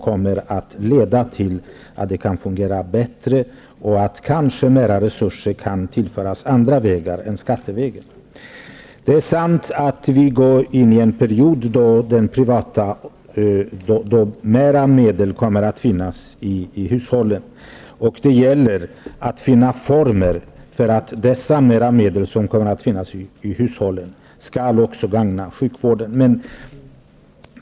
Detta kan leda till att det kan fungera bättre och att mera resurser kanske kan tillföras på ett annat sätt än skattevägen. Det är sant att vi går in i en period då mera pengar kommer att finnas i hushållen. Det gäller att finna former för att dessa ytterligare medel också skall gagna sjukvården.